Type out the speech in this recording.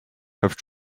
have